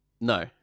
No